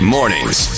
Mornings